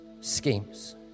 schemes